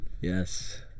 yes